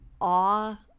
awe